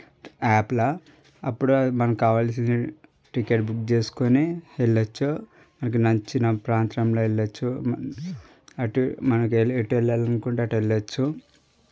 APLA అప్పుడు మనకు కావాల్సిన టికెట్ బుక్ చేసుకుని వెళ్లవచ్చు మనకు నచ్చిన ప్రాంతంలో వెళ్లవచ్చు అటు మనం ఎటు వెళ్ళాలి అనుకుంటే అటు వెళ్ళవచ్చు